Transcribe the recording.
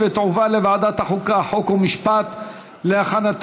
התשע"ז 2017, לוועדת החוקה, חוק ומשפט נתקבלה.